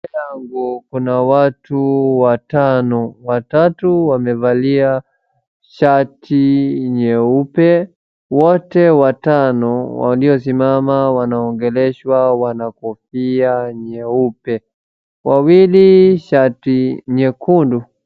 Mbele yangu kuna watu watano, watatu wamevalia shati nyeupe, wote watano, waliosimama wanaongeleshwa wana kofia nyeupe, wawili shati nyekundu.